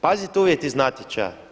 Pazite uvjeti iz natječaja.